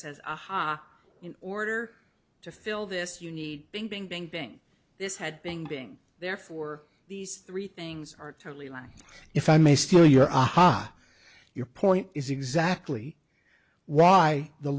says aha in order to fill this you need being bing bing bing this had being being there for these three things are totally lacking if i may steal your aha your point is exactly why the